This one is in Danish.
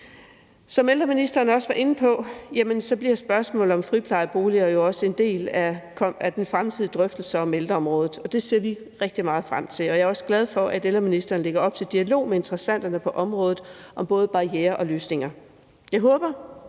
Som ældreministeren også var inde på, bliver spørgsmålet om friplejeboliger jo også en del af den fremtidige drøftelse af ældreområdet, og det ser vi rigtig meget frem til. Jeg er også glad for, at ældreministeren lægger op til dialog med interessenterne på området om både barrierer og løsninger. Jeg håber